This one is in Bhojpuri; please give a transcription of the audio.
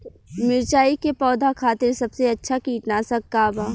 मिरचाई के पौधा खातिर सबसे अच्छा कीटनाशक का बा?